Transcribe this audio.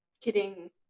kidding